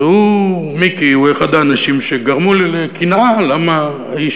ומיקי הוא אחד האנשים שגרמו לי לקנאה למה האיש